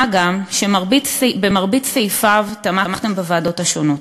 מה גם שבמרבית סעיפיו תמכתם בוועדות השונות.